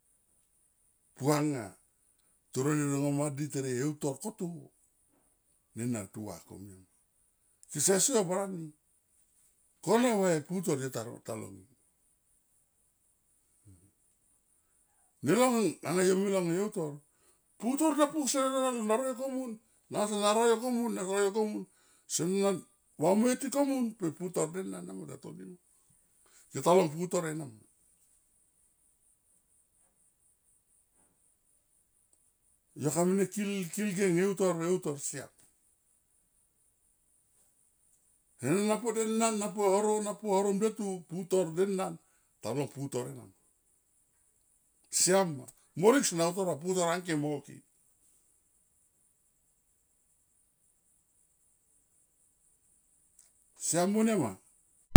Puanga toro ne ringo madi tere e utor koto, nena ta va komia ma. Kese so yo barani, kone va e putor yo ta long, nelong anga yo me long e eutor. Putor depuk sere na role komun nanga sona roie komun na koyo komun sone na vamuoeti komun per putor denan ena ma yo ta toni. Ma yo ta long putor ena ma. Yo kame ne kil kil gen e utor, utor siam, sene na podenan na po horo na po horom nde tu putor denan, ta uma putor ena ma. Siam morik sona utor va putor angke mo ke, siam mo nia ma.